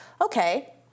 okay